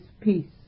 peace